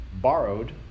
borrowed